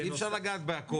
אי אפשר לגעת בכל הדברים.